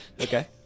Okay